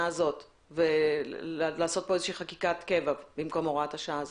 הזאת ולעשות חקיקת קבע במקום הוראת השעה הזאת?